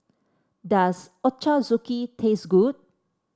does Ochazuke taste good